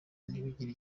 ntibigire